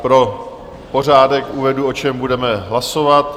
Pro pořádek uvedu, o čem budeme hlasovat.